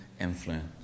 influence